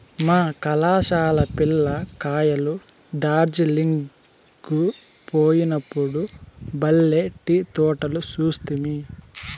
మా కళాశాల పిల్ల కాయలు డార్జిలింగ్ కు పోయినప్పుడు బల్లే టీ తోటలు చూస్తిమి